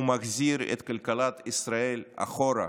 הוא מחזיר את כלכלת ישראל אחורה,